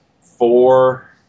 four